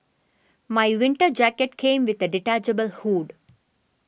my winter jacket came with a detachable hood